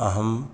अहम्